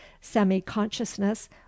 semi-consciousness